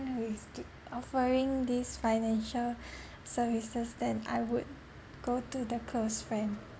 who is do offering this financial services then I would go to the close friend